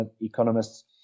economists